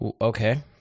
Okay